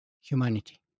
humanity